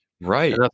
right